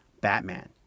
Batman